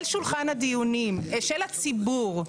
אל שולחן הדיונים של הציבור.